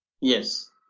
yes